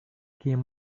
quien